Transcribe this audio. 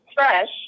Fresh